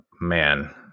Man